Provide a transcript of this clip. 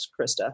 Krista